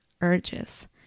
urges